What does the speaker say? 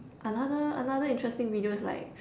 another another interesting video is like